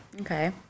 okay